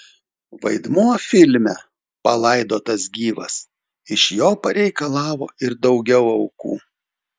vaidmuo filme palaidotas gyvas iš jo pareikalavo ir daugiau aukų